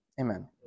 Amen